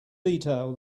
detail